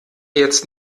jetzt